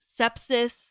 sepsis